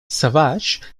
savage